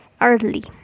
early